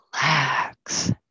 relax